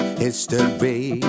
history